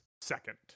second